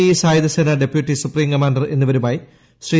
E സായുധസേന deputy supreme commander എന്നിവരുമായി ശ്രീ